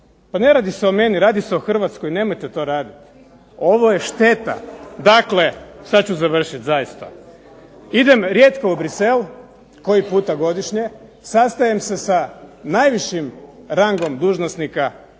Pa ne radi se o meni radi se o Hrvatskoj. Nemojte to raditi. Ovo je šteta. Dakle, sada ću završiti zaista. Idem rijetko u Bruxelles koji puta godišnje, sastajem se sa najvišim rangom dužnosnika iz